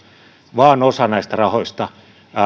vaan osa näistä rahoista